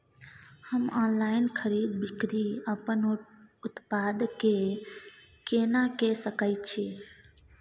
हम ऑनलाइन खरीद बिक्री अपन उत्पाद के केना के सकै छी?